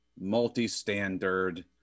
multi-standard